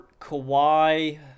Kawhi